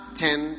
ten